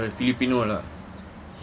!wah! he's a filipino lah